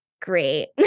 great